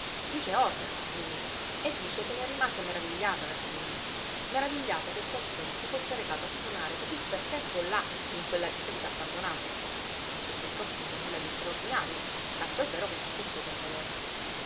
dice organo niní e dice che ne rimase meravigliata dapprima meravigliata che qualcuno si fosse recato a sonare cosí per tempo là in quella chiesetta abbandonata non sospettò proprio nulla di straordinario tanto è vero che s'accostò per vedere